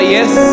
Yes